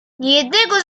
niejednego